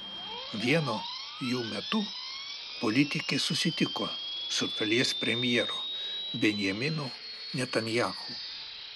vieno jų metu politikė susitiko su šalies premjeru benjaminu netanyahu